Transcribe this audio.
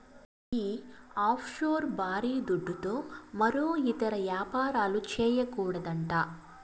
ఈ ఆఫ్షోర్ బారీ దుడ్డుతో మరో ఇతర యాపారాలు, చేయకూడదట